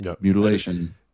mutilation